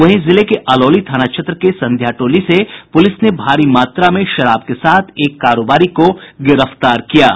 वहीं जिले के अलौली थाना क्षेत्र के संध्या टोली से पुलिस ने भारी मात्रा में विदेशी शराब के साथ एक कारोबारी को गिरफ्तार किया है